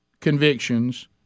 convictions